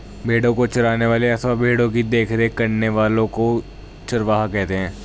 भेड़ों को चराने वाले अथवा भेड़ों की देखरेख करने वाले लोगों को चरवाहा कहते हैं